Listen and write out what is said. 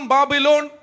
Babylon